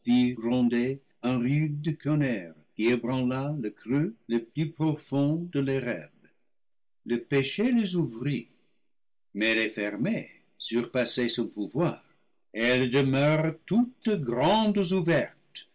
le creux le plus profond de terèbe le péché les ouvrit mais les fermer surpassait son pouvoir elles demeurent toutes grandes ouvertes